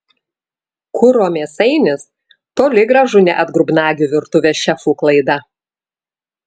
kuro mėsainis toli gražu ne atgrubnagių virtuvės šefų klaida